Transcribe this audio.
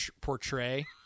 portray